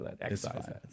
exercise